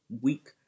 week